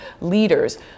leaders